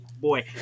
Boy